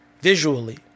visually